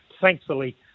thankfully